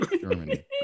Germany